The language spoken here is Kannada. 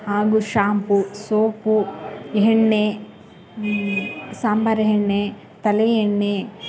ಹಾಗೂ ಶಾಂಪು ಸೋಪು ಎಣ್ಣೆ ಸಾಂಬಾರು ಎಣ್ಣೆ ತಲೆ ಎಣ್ಣೆ